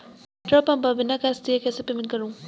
Petrol pump पर बिना cash दिए पेमेंट कैसे करूँ?